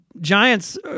Giants